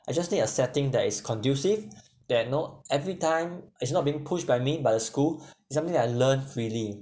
I just need a setting that is conducive that know every time it's not being pushed by made by the school is something I learned freely